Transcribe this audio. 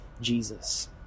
Jesus